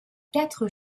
quatre